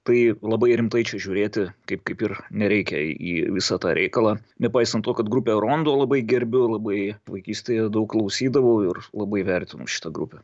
tai labai rimtai čia žiūrėti kaip kaip ir nereikia į visą tą reikalą nepaisant to kad grupę rondo labai gerbiu labai vaikystėje daug klausydavau ir labai vertinu šitą grupę